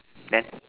then